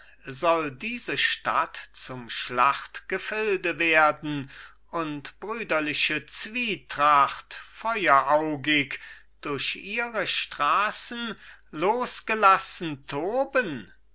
soll diese stadt zum schlachtgefilde werden und brüderliche zwietracht feueraugig durch ihre straßen losgelassen toben